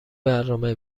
برنامه